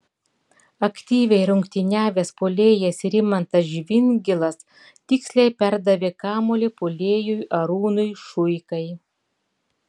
aktyviai rungtyniavęs puolėjas rimantas žvingilas tiksliai perdavė kamuolį puolėjui arūnui šuikai